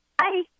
Hi